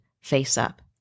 face-up